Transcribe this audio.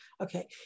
Okay